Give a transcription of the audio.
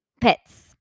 pets